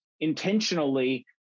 intentionally